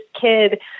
kid